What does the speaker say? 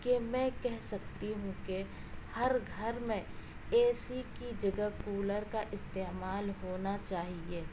کہ میں کہہ سکتی ہوں کہ ہر گھر میں اے سی کی جگہ کولر کا استعمال ہونا چاہیے